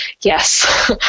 Yes